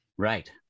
Right